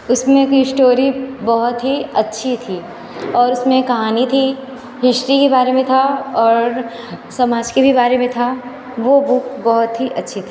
उसमें भी इश्टोरी बहुत ही अच्छी थी और उसमें कहानी थी हिश्ट्री के बारे में था और समाज के भी बारे में भी था वो बुक बहुत ही अच्छी थी